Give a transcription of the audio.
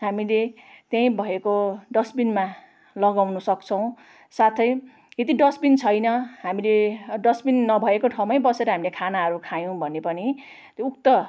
हमीले त्यहीँ भएको डस्टबिनमा लगाउन सक्छौँ साथै यदि डस्टबिन छैन हामीले डस्टबिन नभएको ठाउँमै बसेर हामीले खानाहरू खायौँ भने पनि उक्त